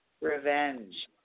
revenge